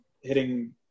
hitting